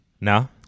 no